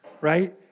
right